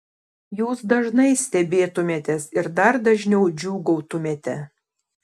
jūs dažnai stebėtumėtės ir dar dažniau džiūgautumėte